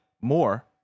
more